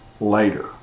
later